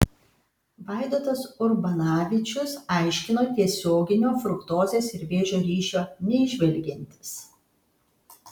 vaidotas urbanavičius aiškino tiesioginio fruktozės ir vėžio ryšio neįžvelgiantis